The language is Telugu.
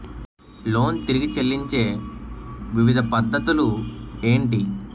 లోన్ తిరిగి చెల్లించే వివిధ పద్ధతులు ఏంటి?